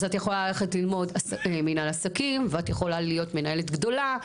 אז את יכולה ללכת ללמוד מנהל עסקים ואת יכולה להיות מנהלת גדולה,